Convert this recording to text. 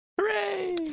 Hooray